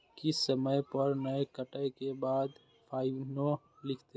किस्त समय पर नय कटै के बाद फाइनो लिखते?